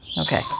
Okay